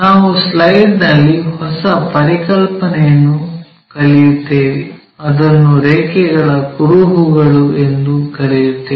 ನಾವು ಸ್ಲೈಡ್ ನಲ್ಲಿ ಹೊಸ ಪರಿಕಲ್ಪನೆಯನ್ನು ಕಲಿಯುತ್ತೇವೆ ಅದನ್ನು ರೇಖೆಗಳ ಕುರುಹುಗಳು ಎಂದು ಕರೆಯುತ್ತೇವೆ